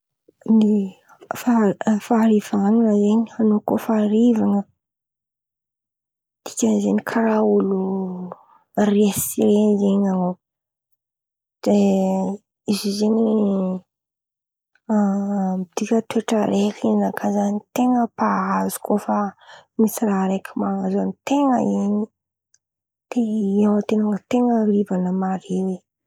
Ny faha- faharivan̈a zen̈y an̈ao kô fa rivan̈a dikany zen̈y karàha olo resy zen̈y an̈ao, de izy io zen̈y midika toetra raiky zen̈y ninakà zen̈y mpahazo kô fa misy raha raiky mpahazo an- ten̈a in̈y de eo an-ten̈a ten̈a rivan̈a mare oe.